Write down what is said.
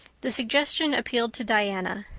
the suggestion appealed to diana.